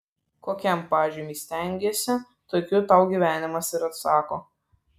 kokiam pažymiui stengiesi tokiu tau gyvenimas ir atsako